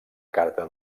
carta